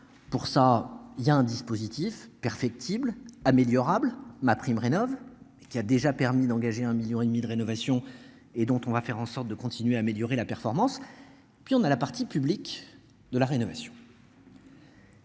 pour ça, il y a un dispositif perfectible améliorable MaPrimeRénov et qui a déjà permis d'engager un million et demi de rénovation et dont on va faire en sorte de continuer à améliorer la performance. Puis on a la partie publique, de la rénovation.